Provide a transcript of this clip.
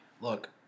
Look